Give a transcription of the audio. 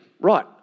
Right